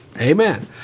Amen